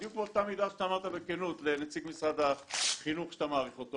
בדיוק באותה מידה שאתה אמרת בכנות לנציג משרד החינוך שאתה מעריך אותו,